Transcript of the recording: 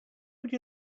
would